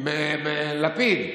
עם לפיד.